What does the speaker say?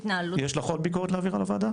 יש לך עוד ביקורת להעביר על הוועדה